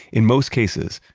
in most cases,